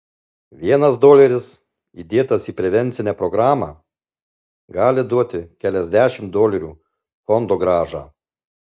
vienas doleris įdėtas į prevencinę programą gali duoti keliasdešimt dolerių fondogrąžą